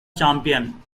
champion